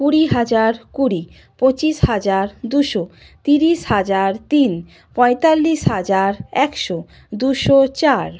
কুড়ি হাজার কুড়ি পঁচিশ হাজার দুশো তিরিশ হাজার তিন পঁয়তাল্লিশ হাজার একশো দুশো চার